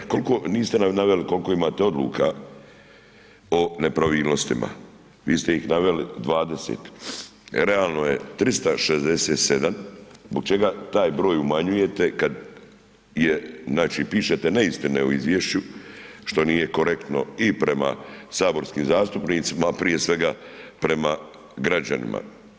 367, kolko, niste nam naveli kolko imate odluka o nepravilnostima, vi ste ih naveli 20, realno je 367, zbog čega taj broj umanjujete kad je, znači, pišete neistine o izvješću, što nije korektno i prema saborskim zastupnicima, prije svega, prema građanima.